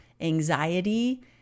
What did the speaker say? anxiety